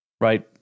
right